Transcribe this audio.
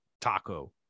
taco